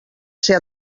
ser